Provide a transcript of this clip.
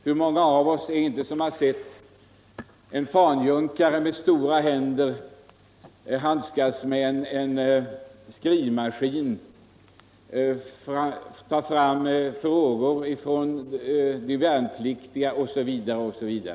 Hur många av oss har inte t.ex. sett en fanjunkare med stora händer handskas med en skrivmaskin?